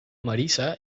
marisa